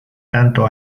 tanto